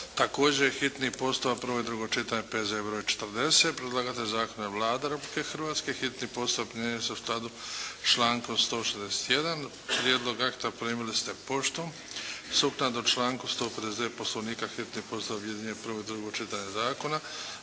zakona, hitni postupak, prvo i drugo čitanje, P. Z. E. br. 40 Predlagatelj zakona je Vlada Republike Hrvatske. Hitni postupak primjenjuje se u skladu s člankom 161. Prijedlog akta primili ste poštom. Sukladno članku 159. Poslovnika hitni postupak objedinjuje prvo i drugo čitanje zakona.